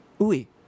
Oui